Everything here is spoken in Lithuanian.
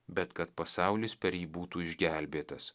bet kad pasaulis per jį būtų išgelbėtas